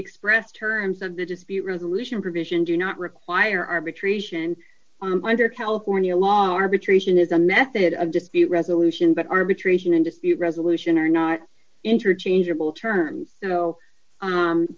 expressed terms of the dispute resolution provision do not require arbitration under california law arbitration is a method of dispute resolution but arbitration and dispute resolution are not interchangeable terms so